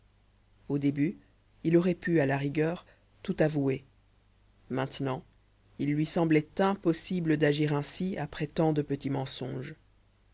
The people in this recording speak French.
au début il aurait pu à la rigueur tout avouer maintenant il lui semblait impossible d'agir ainsi après tant de petits mensonges